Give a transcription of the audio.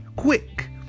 Quick